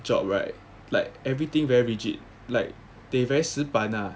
job right like everything very rigid like they very 死板 ah